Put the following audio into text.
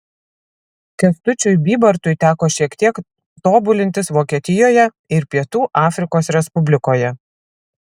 kęstučiui bybartui teko šiek tiek tobulintis vokietijoje ir pietų afrikos respublikoje